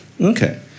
Okay